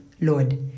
Lord